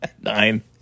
nine